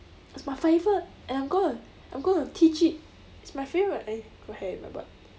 it's my favourite and I'm gonna I'm gonna teach it it's my favourite eh got hair in my butt